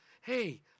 hey